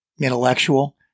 intellectual